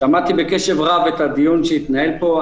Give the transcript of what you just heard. שמעתי בקשב רב את הדיון שהתנהל פה.